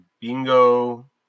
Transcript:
bingo